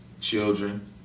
children